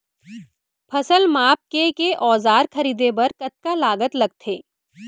फसल मापके के औज़ार खरीदे बर कतका लागत लगथे?